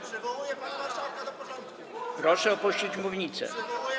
Proszę opuścić mównicę.